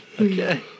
Okay